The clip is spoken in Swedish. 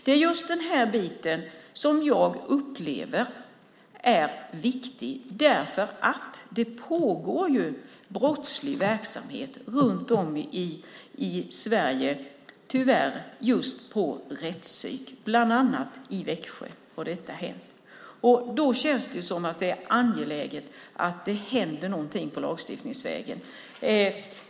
Det är just den biten jag tycker är viktig, för tyvärr pågår det brottslig verksamhet vid rättspsyken runt om i Sverige. Det har förekommit bland annat i Växjö. Därför är det angeläget att göra någonting lagstiftningsvägen.